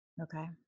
Okay